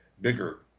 bigger